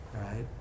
right